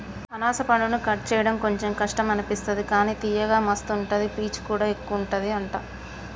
అనాస పండును కట్ చేయడం కొంచెం కష్టం అనిపిస్తది కానీ తియ్యగా మస్తు ఉంటది పీచు కూడా ఎక్కువుంటది అంట